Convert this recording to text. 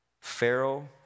Pharaoh